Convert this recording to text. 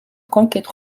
conquête